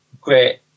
great